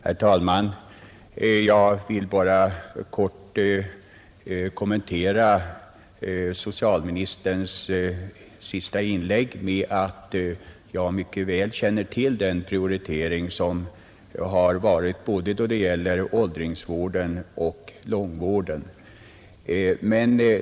Herr talman! Jag vill bara kort kommentera socialministerns senaste inlägg med att säga att jag mycket väl känner till den prioritering som har gjorts då det gäller både åldringsvården och långtidsvården.